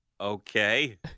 okay